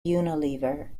unilever